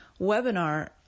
webinar